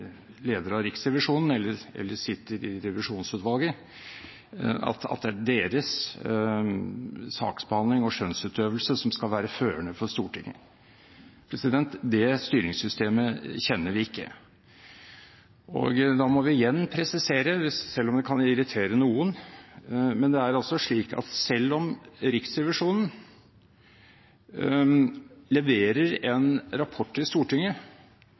leder av Riksrevisjonen eller sitter i revisjonsutvalget – sin saksbehandling og skjønnsutøvelse som skal være førende for Stortinget. Det styringssystemet kjenner vi ikke. Da må vi igjen presisere, selv om det kan irritere noen, at det er slik at selv om Riksrevisjonen leverer en rapport til Stortinget